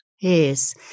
Yes